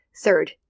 third